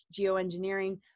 geoengineering